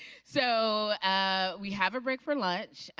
so ah we have a break for lunch.